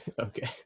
Okay